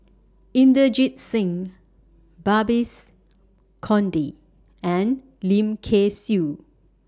Inderjit Singh Babes Conde and Lim Kay Siu